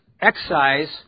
excise